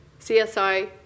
CSI